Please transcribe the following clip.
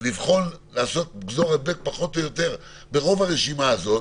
לבחון לעשות גזור-הדבק פחות או יותר ברוב הרשימה הזאת,